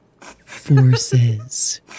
Forces